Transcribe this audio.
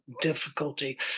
difficulty